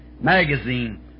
magazine